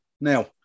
Now